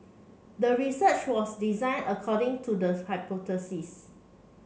the research was designed according to the hypothesis